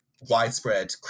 widespread